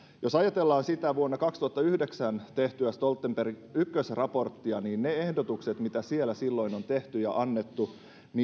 jos ajatellaan sitä vuonna kaksituhattayhdeksän tehtyä stoltenberg ykkösraporttia niin ne ehdotukset mitä siellä silloin on tehty ja annettu